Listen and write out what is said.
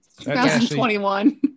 2021